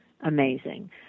amazing